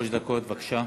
שלוש דקות, בבקשה.